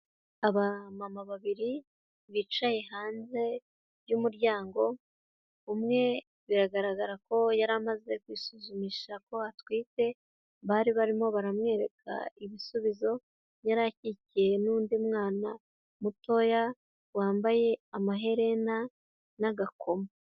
Abamama babiri bicaye hanze y'umuryango umwe biragaragara ko yari amaze kwisuzumisha ko atwite bari barimo baramwereka ibisubizo yarakikiye n'undi mwana mutoya wambaye amaherena n'agakoma.